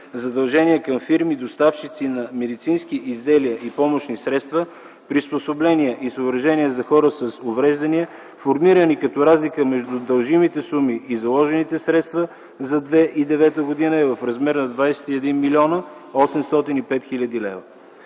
задължения към фирми- доставчици на медицински изделия и помощни средства, приспособления и съоръжения за хора с увреждания, формирани като разлика между дължимите суми и заложените средства за 2009 г. е в размер на 21 млн. 805 хил. лв.